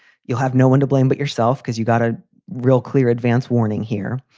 you'll have no one to blame but yourself because you've got a real clear advance warning here.